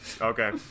Okay